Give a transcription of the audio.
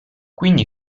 quindi